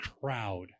crowd